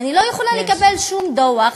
אני לא יכולה לקבל שום דוח,